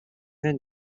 then